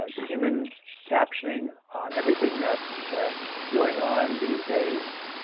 ah human captioning on everything that's going on these days,